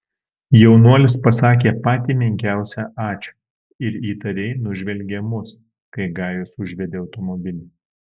jaunuolis pasakė patį menkiausią ačiū ir įtariai nužvelgė mus kai gajus užvedė automobilį